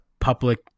public